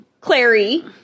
Clary